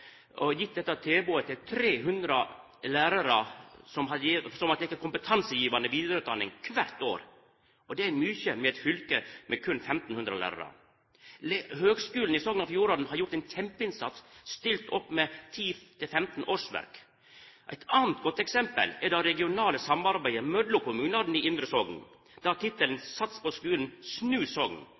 dette tilbodet til 300 lærarar som har teke kompetansegivande vidareutdanning kvart år. Og det er mykje i eit fylke med berre 1 500 lærarar. Høgskulen i Sogn og Fjordane har gjort ein kjempeinnsats – stilt opp med 10–15 årsverk. Eit anna godt eksempel er det regionale samarbeidet mellom kommunane i indre Sogn. Det har tittelen «Sats på skulen – snu Sogn»,